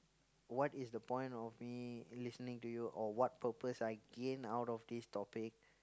what is the point of me listening to you or what purpose I gain out of this topic